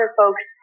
folks